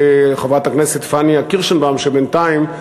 וחברת הכנסת פניה קירשנבאום, שבינתיים,